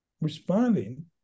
responding